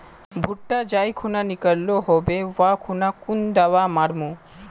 भुट्टा जाई खुना निकलो होबे वा खुना कुन दावा मार्मु?